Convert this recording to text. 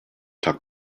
talk